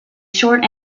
short